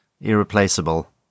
irreplaceable